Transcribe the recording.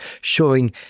showing